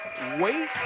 wait